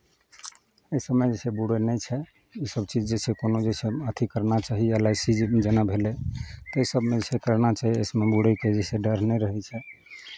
इसभमे जे छै बुरै नहि छै इसभ चीज जे छै कोनो जे छै अथि करना चाही एल आइ सी जेना भेलै तऽ एहि सभमे जे छै करना चाही इसभमे बुरयके जे छै डर नहि रहै छै